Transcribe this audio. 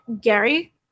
Gary